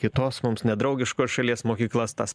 kitos mums nedraugiškos šalies mokyklas tas